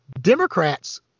Democrats